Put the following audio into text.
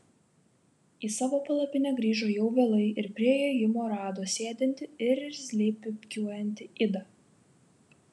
į savo palapinę grįžo jau vėlai ir prie įėjimo rado sėdintį ir irzliai pypkiuojantį idą